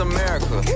America